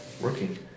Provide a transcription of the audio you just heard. working